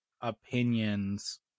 opinions